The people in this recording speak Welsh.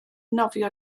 nofio